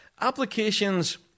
applications